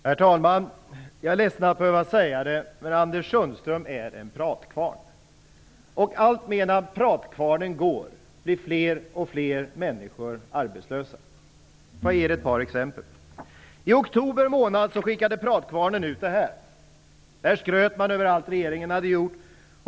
Herr talman! Jag är ledsen att behöva säga det, men Anders Sundström är en pratkvarn. Medan pratkvarnen går blir fler och fler arbetslösa. Jag skall ge ett par exempel. I oktober skickade pratkvarnen ut en skrift där man skröt över allt som regeringen gjort.